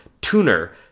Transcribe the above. tuner